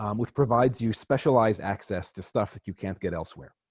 um which provides you specialized access to stuff that you can't get elsewhere